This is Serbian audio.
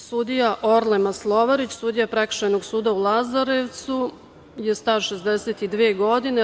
Sudija Orle Maslovarić, sudija Prekršajnog suda u Lazarevcu je star 62. godine.